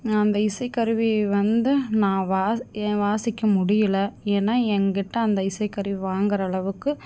அந்த இசைக்கருவி வந்து நான் வாசிக்க ஏ வாசிக்க முடியலை ஏன்னா எங்கிட்ட அந்த இசைக்கருவி வாங்குற அளவுக்கு